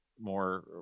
more